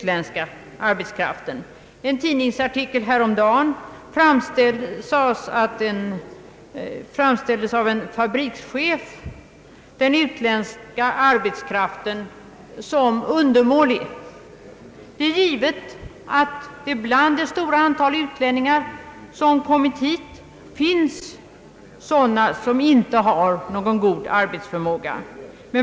I en tidningsartikel häromdagen framställde en fabrikschef den utländska arbetskraften som undermålig. Det är givet att bland det stora antal utlänningar som kommit hit finns sådana som inte har god arbetsförmåga.